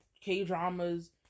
K-dramas